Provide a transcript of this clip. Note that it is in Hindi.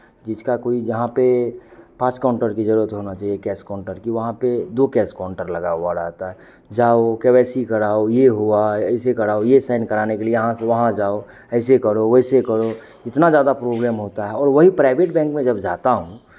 जिसका कोई जहाँ पे पाँच काउन्टर की ज़रूरत होना चहिए कैस काउन्टर की वहाँ पे दो कैश काउन्टर लगा हुआ रहता है जाओ के वाई सी कराओ ये हुआ ऐसे कराओ ये साइन कराने के लिए यहाँ से वहाँ जाओ ऐसे करो वैसे करो इतना ज़्यादा प्रोब्लेम होता है और वहीं प्राइवेट बैंक में जब जाता हूँ